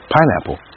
Pineapple